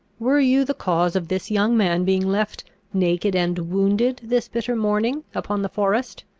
were you the cause of this young man being left naked and wounded this bitter morning upon the forest?